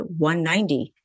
190